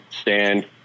stand